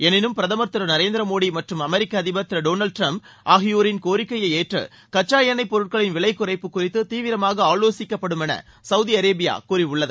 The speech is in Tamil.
எளினும் பிரதுர் திரு நரேந்திர மோடி மற்றும் அமெரிக்க அதிபர் திரு டொனால்டு டிரம்ப் ஆகியோரின் கோரிக்கையை ஏற்று கச்சா எண்ணொய் பொருட்களின் விலை குறைப்பு குறித்து தீவிரமாக ஆலோசிக்கப்படும் என சவுதி அரேபியா கூறியுள்ளது